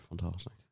fantastic